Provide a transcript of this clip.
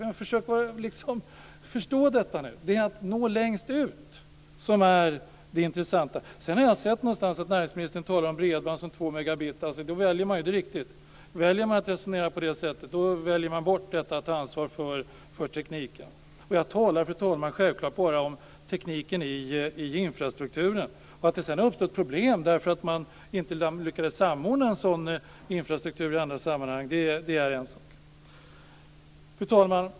Försök att förstå detta nu! Det intressanta är att man når längst ut. Jag har sett någonstans att näringsministern talar om bredband som två megabitar. Det är riktigt. Om man väljer att resonera på det sättet väljer man bort detta med att ta ansvar för tekniken. Jag talar, fru talman, självfallet bara om tekniken i infrastrukturen. Att det har uppstått problem därför att man inte lyckades samordna en sådan infrastruktur i andra sammanhang är en sak. Fru talman!